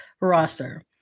roster